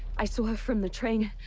i saw her from the train.